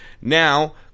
Now